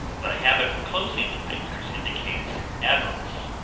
but a habit of closing the fingers indicates avarice,